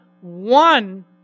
one